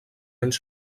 anys